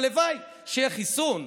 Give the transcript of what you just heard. הלוואי שיהיה חיסון,